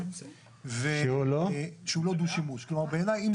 שטח פתוח זה גם